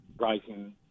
rising